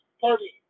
party